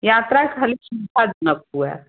यात्राक लेल की सब उपलब्ध अय